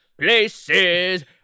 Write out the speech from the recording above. places